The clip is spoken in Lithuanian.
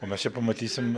o mes čia pamatysim